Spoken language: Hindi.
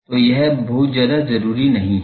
तो यह बहुत ज्यादा जरुरी नहीं है